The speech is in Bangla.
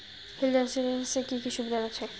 হেলথ ইন্সুরেন্স এ কি কি সুবিধা আছে?